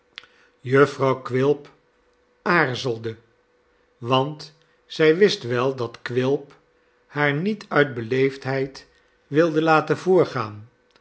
jufvrouw quilp aarzelde want zij wist wel dat quilp haar niet uit beleefdheid wilde laten voorgaan